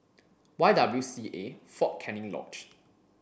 Y W C A Fort Canning Lodge